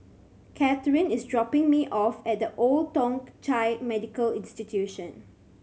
Kathyrn is dropping me off at The Old Thong Chai Medical Institution